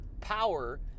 power